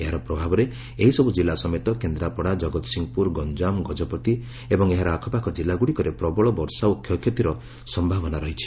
ଏହାର ପ୍ରଭାବରେ ଏହିସବୁ ଜିଲ୍ଲା ସମେତ କେନ୍ଦ୍ରାପଡ଼ା ଜଗତସିଂହପୁର ଗଞ୍ଜାମ ଗଜପତି ଏବଂ ଏହାର ଆଖପାଖ ଜିଲ୍ଲାଗୁଡ଼ିକରେ ପ୍ରବଳ ବର୍ଷା ଓ କ୍ଷୟକ୍ଷତି ହେବାର ସମ୍ଭାବନା ରହିଛି